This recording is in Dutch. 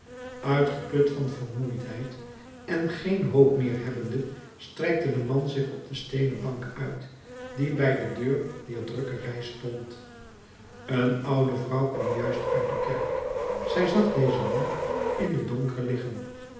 uitgeput van vermoeidheid en geen hoop meer hebbende strekte de man zich op de steenen bank uit die bij de deur dier drukkerij stond een oude vrouw kwam juist uit de kerk zij zag dezen man in den donker